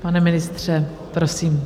Pane ministře, prosím.